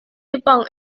jepang